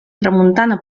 tramuntana